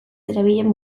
zerabilen